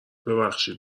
ببخشید